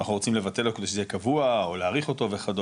אנחנו רוצם לבטל כדי שזה יהיה קבוע או להאריך אותו וכדומה,